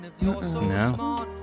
No